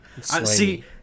See